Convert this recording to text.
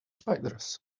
spiders